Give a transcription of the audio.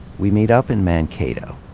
we meet up in mankato.